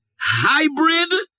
hybrid